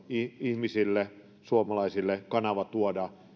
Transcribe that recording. ihmisille suomalaisille kanava tuoda